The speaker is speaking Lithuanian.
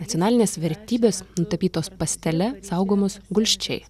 nacionalinės vertybės nutapytos pastele saugomos gulsčiai